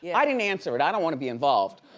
yeah i didn't answer it, i don't wanna be involved.